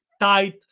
tight